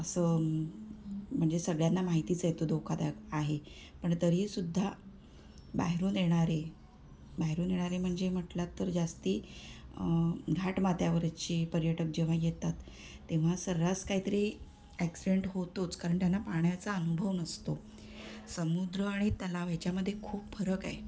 असं म्हणजे सगळ्यांना माहितीच आहे तो धोकादायक आहे पण तरी सुद्धा बाहेरून येणारे बाहेरून येणारे म्हणजे म्हटलं तर जास्त घाटमाथ्यावरचे पर्यटक जेव्हा येतात तेव्हा सर्रास काहीतरी ॲक्सिडेंट होतोच कारण त्यांना पाण्याचा अनुभव नसतो समुद्र आणि तलाव ह्याच्यामध्ये खूप फरक आहे